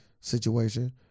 Situation